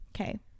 Okay